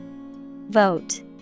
Vote